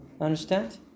Understand